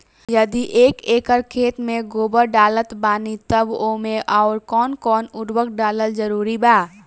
यदि एक एकर खेत मे गोबर डालत बानी तब ओमे आउर् कौन कौन उर्वरक डालल जरूरी बा?